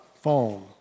phone